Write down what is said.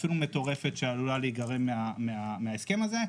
האפילו מטורפת שעלולה להיגרם מההסכם הזה.